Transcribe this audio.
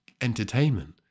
entertainment